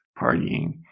partying